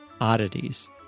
oddities